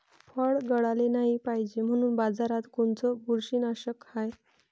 फळं गळाले नाही पायजे म्हनून बाजारात कोनचं बुरशीनाशक हाय?